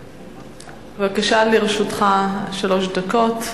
בבקשה, לרשותך שלוש דקות.